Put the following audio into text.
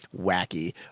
wacky